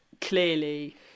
clearly